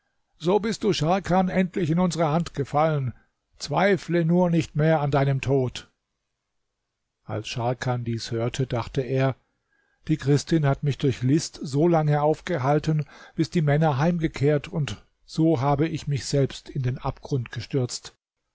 so bist du scharkan endlich in unsere hand gefallen zweifle nur nicht mehr an deinem tod als scharkan dies hörte dachte er die christin hat mich durch list solange aufgehalten bis die männer heimgekehrt und so habe ich mich selbst in den abgrund gestürzt